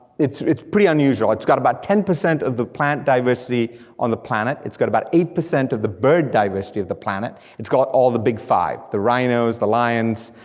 it's it's pretty unusual. its got about ten percent of the plant diversity on the planet, it's got about eight percent of the bird diversity of the planet, it's got all the big five, the rhinos, the lions,